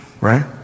right